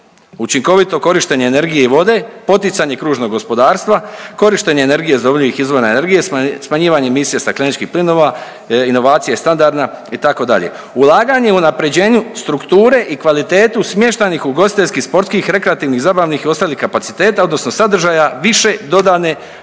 učinkovito korištenje energije i vode, poticanje kružnog gospodarstva, korištenje energije iz obnovljivih izvora energije, smanjivanje misija stakleničkih plinova, inovacija je standardna itd. Ulaganje unaprjeđenju strukture i kvalitetu smještajnih, ugostiteljskih, sportskih, rekreativnih, zabavnih i ostalih kapaciteta odnosno sadržaja, više dodane